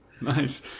Nice